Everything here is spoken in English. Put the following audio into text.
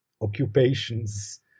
occupations